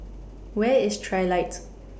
Where IS Trilight